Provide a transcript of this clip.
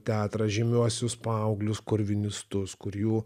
teatrą žymiuosius paauglius korvinistus kur jų